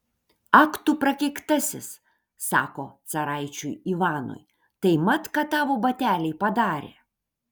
ak tu prakeiktasis sako caraičiui ivanui tai mat ką tavo bateliai padarė